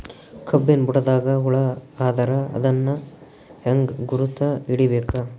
ಕಬ್ಬಿನ್ ಬುಡದಾಗ ಹುಳ ಆದರ ಅದನ್ ಹೆಂಗ್ ಗುರುತ ಹಿಡಿಬೇಕ?